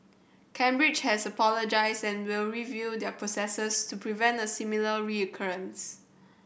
Cambridge has apologised and will review their processes to prevent a similar recurrence